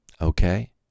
okay